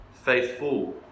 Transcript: faithful